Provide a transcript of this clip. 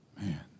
man